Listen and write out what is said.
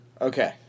Okay